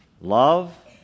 love